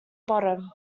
bottom